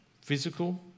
physical